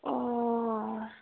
অঁ